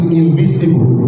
invisible